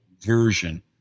version